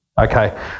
Okay